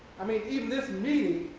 i mean, even this meeting